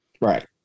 Right